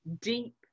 deep